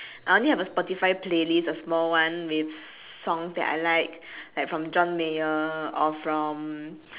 I only have a spotify playlist a small one with songs that I like like from john mayer or from